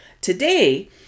Today